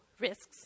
risks